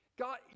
God